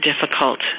difficult